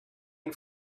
and